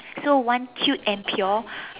so one cute and pure